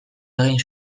egin